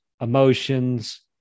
emotions